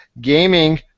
gaming